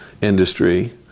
industry